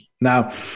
Now